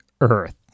earth